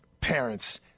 parents